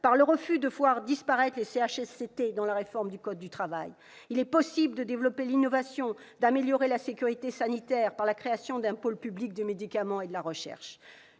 conditions de travail, les CHSCT, dans la réforme du code du travail. Il est possible de développer l'innovation, d'améliorer la sécurité sanitaire par la création d'un pôle public du médicament et de la recherche.